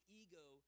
ego